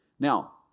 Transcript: Now